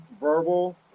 verbal